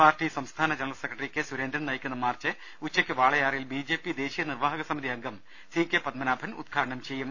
party സംസ്ഥാന general secretary K Surendran നയിക്കുന്ന march ഉച്ചക്ക് വാളയാറിൽ ബിജെപി ദേശീയ നിർവാഹക സമിതി അംഗം സി കെ പത്മനാഭൻ ഉദ്ഘാടനം ചെയ്യും